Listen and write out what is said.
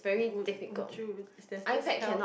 would would you does it help